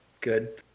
Good